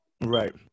Right